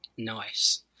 Nice